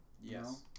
Yes